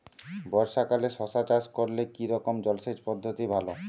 বর্ষাকালে শশা চাষ করলে কি রকম জলসেচ পদ্ধতি ভালো?